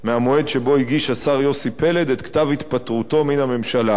מהמועד שבו הגיש השר יוסי פלד את כתב התפטרותו מן הממשלה.